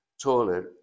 toilet